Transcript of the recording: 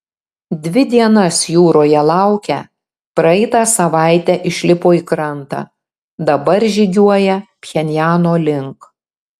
dvi dienas jūroje laukę praeitą savaitę išlipo į krantą dabar žygiuoja pchenjano link